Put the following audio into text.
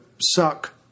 suck